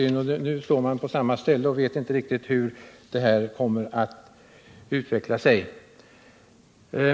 Nu står man på samma ställe och vet inte riktigt hur det här kommer att utveckla sig.